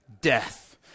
death